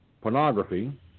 pornography